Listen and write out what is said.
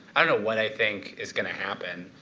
i don't know what i think is going to happen,